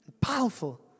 powerful